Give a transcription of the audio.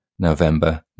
November